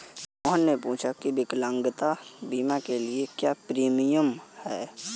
मोहन ने पूछा की विकलांगता बीमा के लिए क्या प्रीमियम है?